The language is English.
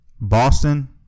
Boston